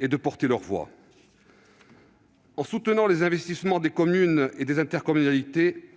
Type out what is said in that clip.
et de porter leur voix. En soutenant les investissements des communes et des intercommunalités,